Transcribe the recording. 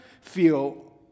feel